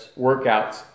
workouts